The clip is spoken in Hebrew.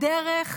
הדרך